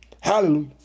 Hallelujah